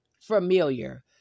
familiar